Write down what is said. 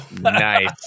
Nice